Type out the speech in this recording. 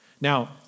Now